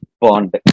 bond